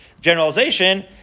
generalization